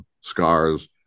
scars